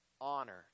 honored